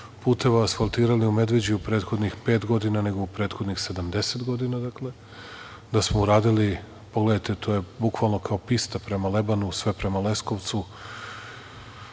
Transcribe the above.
puteva asfaltirali u Medveđi u prethodnih pet godina, nego u prethodnih 70 godina, da smo uradili, pogledajte to je bukvalno kao pista prema Lebanu, sve prema Leskovcu,